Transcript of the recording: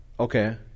Okay